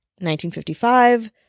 1955